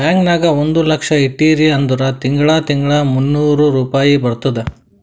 bank ನಾಗ್ ಒಂದ್ ಲಕ್ಷ ಇಟ್ಟಿರಿ ಅಂದುರ್ ತಿಂಗಳಾ ತಿಂಗಳಾ ಮೂನ್ನೂರ್ ರುಪಾಯಿ ಬರ್ತುದ್